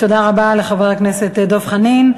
תודה רבה לחבר הכנסת דב חנין.